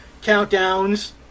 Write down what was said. countdowns